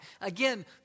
Again